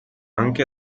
anche